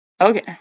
Okay